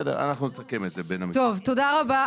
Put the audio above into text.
תודה רבה.